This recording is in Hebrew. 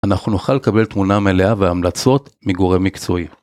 אנחנו נוכל לקבל תמונה מלאה והמלצות מגורם מקצועי.